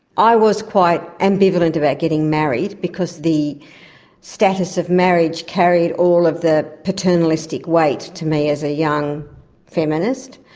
i was quite ambivalent about getting married because the status of marriage carried all of the paternalistic weight to me as a young feminist.